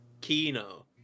Kino